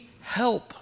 help